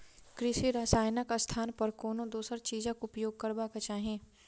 कृषि रसायनक स्थान पर कोनो दोसर चीजक उपयोग करबाक चाही